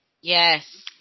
Yes